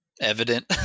Evident